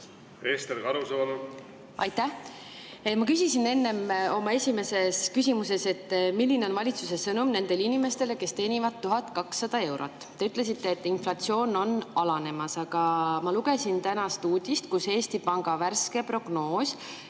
mitte? Aitäh! Ma küsisin enne oma esimeses küsimuses, milline on valitsuse sõnum nendele inimestele, kes teenivad 1200 eurot. Te ütlesite, et inflatsioon on alanemas, aga ma lugesin tänast uudist, kus Eesti Panga värske prognoosi